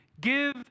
Give